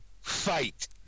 fight